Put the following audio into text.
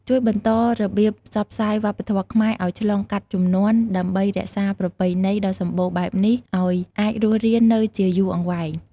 ជួយបន្តរបៀបផ្សព្វផ្សាយវប្បធម៌ខ្មែរឲ្យឆ្លងកាត់ជំនាន់ ដើម្បីរក្សាប្រពៃណីដ៏សម្បូរបែបនេះឲ្យអាចរស់រាននៅជាយូរអង្វែង។